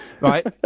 Right